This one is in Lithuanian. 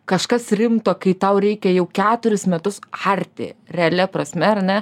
kažkas rimto kai tau reikia jau keturis metus arti realia prasme ar ne